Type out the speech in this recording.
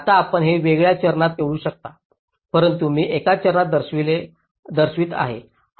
आता आपण हे वेगळ्या चरणात निवडू शकता परंतु मी एका चरणात दर्शवित आहे